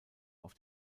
auf